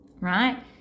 right